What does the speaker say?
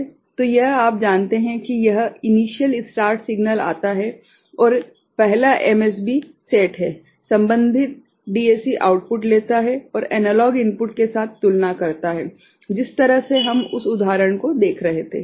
तो यह आप जानते हैं कि यह इनिश्यल स्टार्ट सिग्नल आता है और पहला एमएसबी सेट है संबन्धित डीएसी आउटपुट लेता है और एनालॉग इनपुट के साथ तुलना करता है जिस तरह से हम उस उदाहरण को देख रहे थे